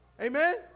Amen